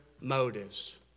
motives